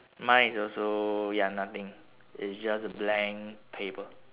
mine is also ya nothing it's just blank paper